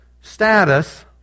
status